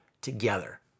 together